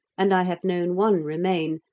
and i have known one remain,